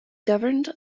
governed